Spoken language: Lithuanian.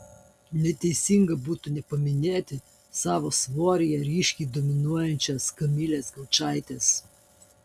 neteisinga būtų nepaminėti savo svoryje ryškiai dominuojančios kamilės gaučaitės